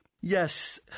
Yes